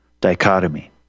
dichotomy